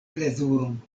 plezuron